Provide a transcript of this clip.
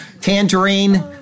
Tangerine